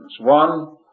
One